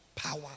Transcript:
Power